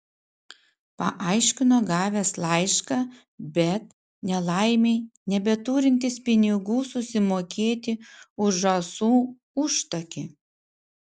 paaiškino gavęs laišką bet nelaimei nebeturintis pinigų susimokėti už žąsų užtakį